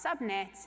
subnets